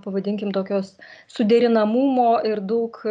pavadinkim tokios suderinamumo ir daug